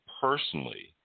personally